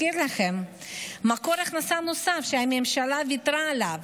אזכיר לכם מקור הכנסה נוסף שהממשלה ויתרה עליו,